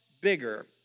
bigger